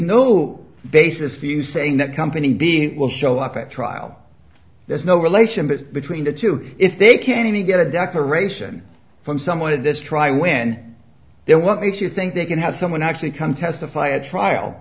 no basis for you saying that company b will show up at trial there's no relationship between the two if they can't even get a declaration from someone in this trial when then what makes you think they can have someone actually come testify at trial